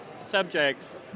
subjects